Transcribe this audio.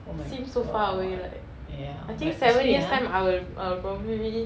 seems so far away right I think seven years time I will I will probably